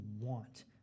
want